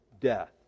death